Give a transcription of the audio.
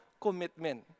commitment